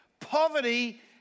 poverty